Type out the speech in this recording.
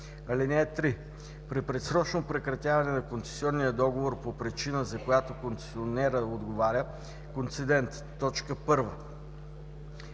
(3) При предсрочно прекратяване на концесионния договор по причина, за която концесионерът отговаря, концедентът: 1.